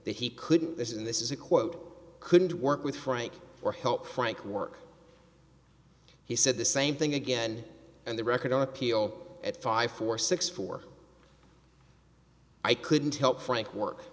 that he couldn't this in this is a quote couldn't work with frank or help frank work he said the same thing again and the record on appeal at five four six four i couldn't help frank work